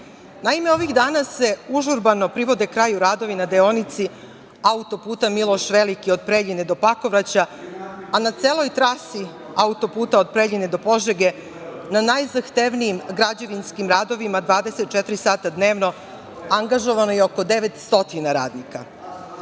ovih danas se užurbano privode kraju radovi na deonici autoputa „Miloš Veliki“ od Preljine do Pakovraće, a na celoj trasi autoputa od Preljine do Požege, na najzahtevnijim građevinskim radovima, 24 sata dnevno angažovano je oko devet